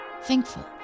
Thankful